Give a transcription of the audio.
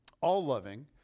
all-loving